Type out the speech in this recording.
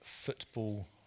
football